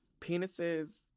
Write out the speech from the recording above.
penises